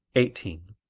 eighteen.